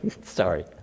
Sorry